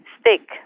stick